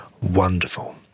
Wonderful